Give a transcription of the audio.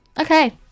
Okay